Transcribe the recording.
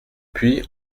puis